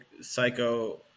psycho